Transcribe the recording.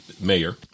mayor